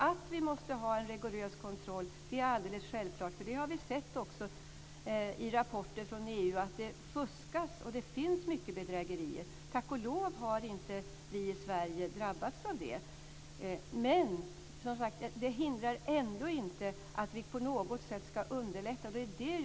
Att vi måste ha en rigorös kontroll är alldeles självklart, eftersom vi i rapporter från EU har sett att det fuskas och att det förekommer mycket bedrägerier. Tack och lov har vi i Sverige inte drabbats av det. Men det hindrar ändå inte att vi på något sätt ska underlätta för dessa människor.